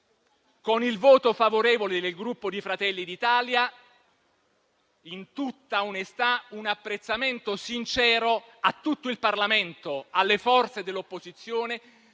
con il voto favorevole del Gruppo Fratelli d'Italia, in tutta onestà, esprimo un apprezzamento sincero a tutto il Parlamento, alle forze dell'opposizione